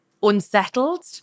unsettled